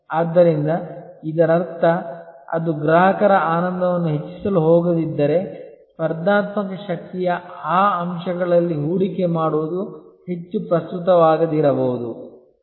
ಆದ್ದರಿಂದ ಇದರರ್ಥ ಅದು ಗ್ರಾಹಕರ ಆನಂದವನ್ನು ಹೆಚ್ಚಿಸಲು ಹೋಗದಿದ್ದರೆ ಸ್ಪರ್ಧಾತ್ಮಕ ಶಕ್ತಿಯ ಆ ಅಂಶದಲ್ಲಿ ಹೂಡಿಕೆ ಮಾಡುವುದು ಹೆಚ್ಚು ಪ್ರಸ್ತುತವಾಗದಿರಬಹುದು